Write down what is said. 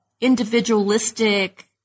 individualistic